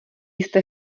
jste